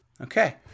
Okay